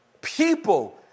people